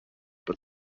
but